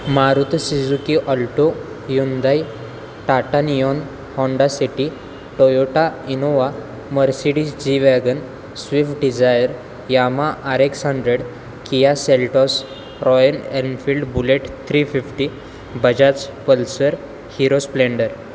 Maruti Suzuki Alto Hyundai Tata Neon Honda City Toyota Innova Mercedes G Wagon Swift Dzire Yamaha R X hundred Kia Seltos Royal Enfield Bullet three fifty Bajaj Pulsar Hero Splendor